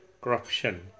corruption